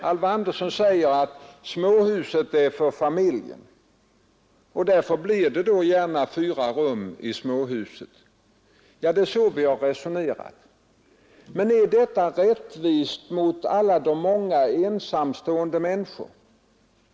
Alvar Andersson säger att småhuset är för familjen, och därför blir det gärna fyra rum i ett sådant hus. Det är så vi har resonerat. Men är detta rättvist mot alla de många ensamstående människorna?